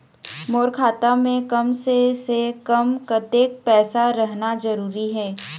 मोर खाता मे कम से से कम कतेक पैसा रहना जरूरी हे?